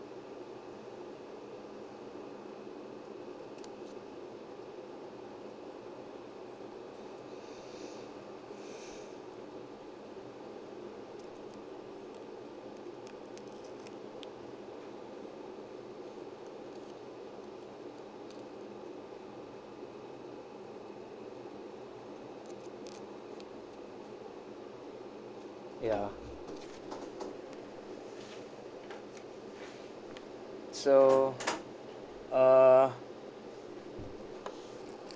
ya so uh